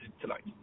tonight